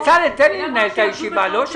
בצלאל, תן לי לנהל את הישיבה.